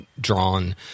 drawn